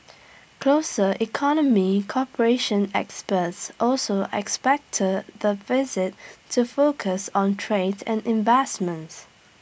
closer economy cooperation experts also expect the visit to focus on trade and investments